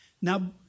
Now